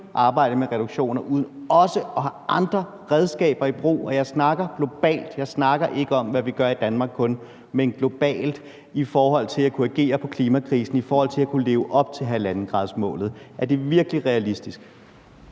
arbejder med reduktioner uden at tage andre redskaber i brug? Jeg snakker globalt; jeg snakker ikke kun om, hvad vi gør i Danmark, men hvad vi gør globalt i forhold til at kunne agere på klimakrisen, i forhold til at kunne leve op til 1,5-gradersmålet. Er det virkelig realistisk?